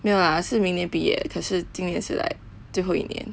没有 lah 是明年毕业可是今年是 like 最后一年